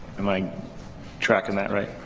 am i tracking that right?